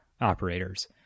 operators